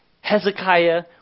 Hezekiah